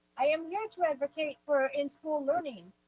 i am here to advocate for in-school learning.